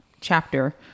chapter